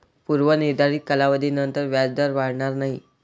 पूर्व निर्धारित कालावधीनंतर व्याजदर वाढणार नाही